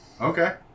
Okay